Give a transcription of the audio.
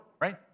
right